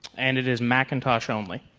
and it is macintosh only.